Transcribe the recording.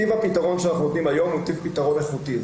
טיב הפתרון שאנחנו נותנים היום הוא טיב פתרון איכותי.